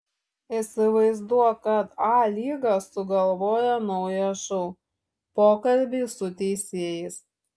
įsivaizduok kad a lyga sugalvoja naują šou pokalbiai su teisėjais